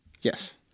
Yes